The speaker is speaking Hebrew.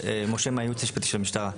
שמי משה, אני מהייעוץ המשפטי של המשטרה.